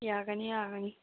ꯌꯥꯒꯅꯤ ꯌꯥꯒꯅꯤ